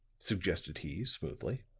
suggested he, smoothly.